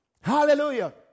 Hallelujah